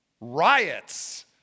riots